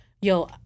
yo